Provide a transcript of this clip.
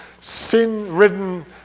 sin-ridden